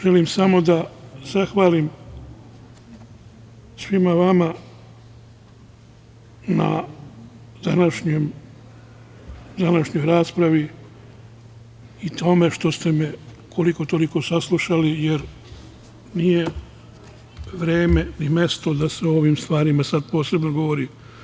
Želim samo da zahvalim svima vama na današnjoj raspravi i tome što ste me koliko-toliko saslušali, jer nije vreme ni mesto da se o ovim stvarima sada posebno govori.